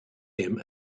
him